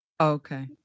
Okay